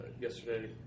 yesterday